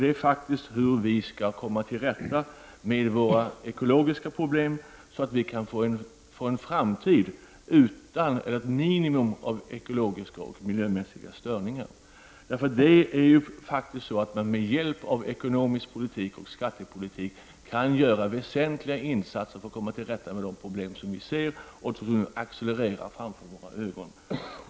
Det gäller hur vi skall kunna komma till rätta med våra ekologiska problem, så att vi kan få en framtid med ett minimum av ekologiska och miljömässiga störningar. Med hjälp av ekonomisk politik och skattepolitik kan man göra väsentliga insatser för att komma till rätta med de problem som vi ser och som accelererar framför våra ögon.